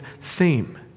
theme